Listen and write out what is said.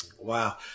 Wow